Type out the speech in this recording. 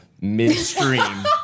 midstream